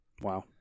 Wow